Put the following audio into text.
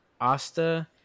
Asta